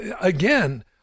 Again